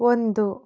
ಒಂದು